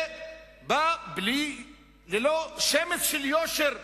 זה בא ללא שמץ של יושר,